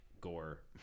Gore